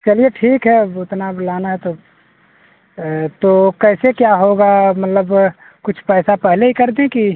चलिए ठीक है अब उतना बुलाना है तो तो कैसे क्या होगा मतलब कुछ पैसा पहले ही कर दें कि